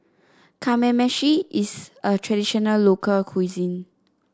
Kamameshi is a traditional local cuisine